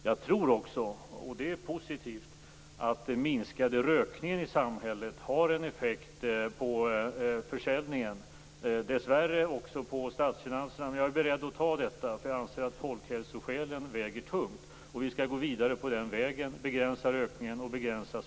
Jag tror också, vilket är positivt, att den minskade rökningen i samhället har en effekt på försäljningen, och dessvärre även på statsfinanserna, men jag är beredd att ta detta, eftersom jag anser att folkhälsoskälen väger tungt. Vi skall gå vidare på den vägen och begränsa rökningen och smugglingen.